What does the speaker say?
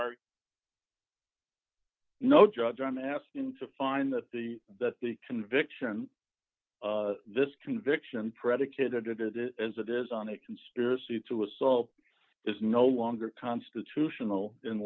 right no judge i'm asking to find that the that the conviction this conviction predicated it as it is on a conspiracy to assault is no longer constitutional in